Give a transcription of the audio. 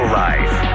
life